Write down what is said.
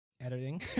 editing